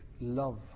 love